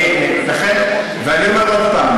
ואני אומר עוד פעם,